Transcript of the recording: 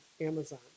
Amazon